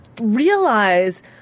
realize